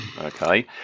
okay